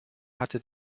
hatte